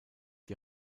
die